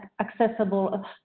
accessible